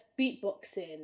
beatboxing